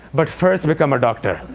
but first become a doctor.